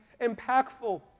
impactful